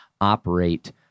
operate